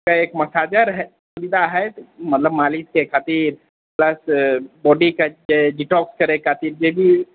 के एक मसाइजर के सुविधा हैत मतलब मालिशके खातिर प्लस बॉडी के डीटॉक्स करैके खातिर जे भी